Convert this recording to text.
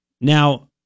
now